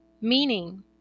meaning